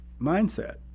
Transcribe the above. Mindset